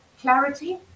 Clarity